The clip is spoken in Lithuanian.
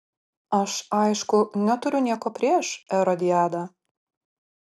aš aišku neturiu nieko prieš erodiadą